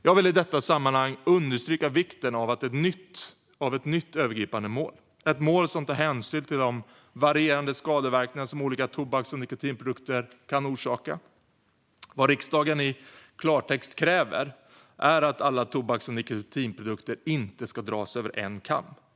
Jag vill i detta sammanhang understryka vikten av ett nytt övergripande mål som tar hänsyn till de varierande skadeverkningar som olika tobaks och nikotinprodukter kan orsaka. Vad riksdagen i klartext kräver är att alla tobaks och nikotinprodukter inte ska dras över en kam.